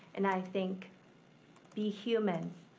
and i think be human,